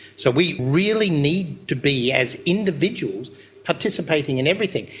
so we really need to be as individuals participating in everything,